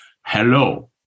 Hello